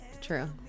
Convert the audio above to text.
true